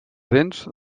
dents